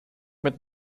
mit